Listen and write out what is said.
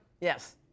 Yes